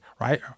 right